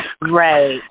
Right